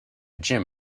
gym